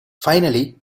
finally